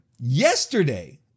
Yesterday